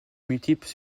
multiples